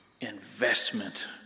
investment